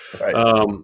Right